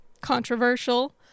controversial